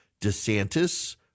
DeSantis